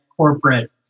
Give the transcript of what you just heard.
corporate